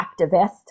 activist